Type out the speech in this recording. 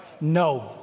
No